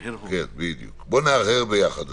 בוא נהרהר ביחד.